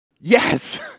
Yes